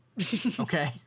Okay